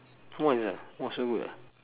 twice ah !wah! so good ah